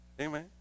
Amen